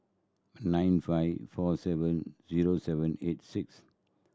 nine five four seven zero seven eight six